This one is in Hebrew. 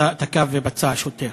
תקף ופצע שוטר.